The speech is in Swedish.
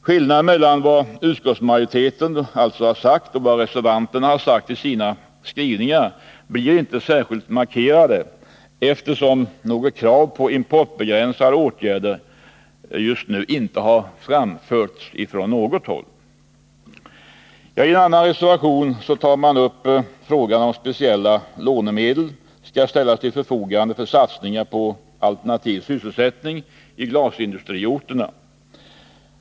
Skillnaden mellan det utskottsmajoriteten sagt och det reservanterna uttryckt i sina skrivningar blir inte särskilt markerad eftersom något krav på importbegränsande åtgärder just nu inte har framförts från något håll. I en annan reservation tar socialdemokraterna upp frågan om att speciella lånemedel skall ställas till förfogande för satsningar på alternativ sysselsättning på glasindustriorterna.